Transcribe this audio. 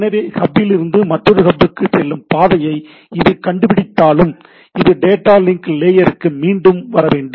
எனவே ஹப் ல் இருந்து மற்றொரு ஹப்க்கு செல்லும் பாதையை இது கண்டுபிடித்தாலும் இது டேட்டா லிங்க் லேயருக்கு மீண்டும் வர வேண்டும்